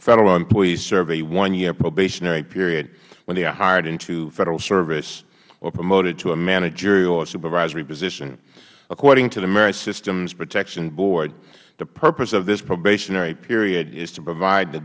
federal employees serve a one year probationary period from when they are hired into federal service or promoted to a managerial or supervisory position according to the merit systems protection board the purpose of this probationary period is to provide the